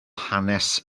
hanes